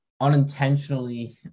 unintentionally